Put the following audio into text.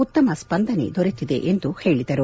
ಉತ್ತಮ ಸ್ವಂದನೆ ದೊರೆತಿದೆ ಎಂದು ಹೇಳಿದರು